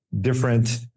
different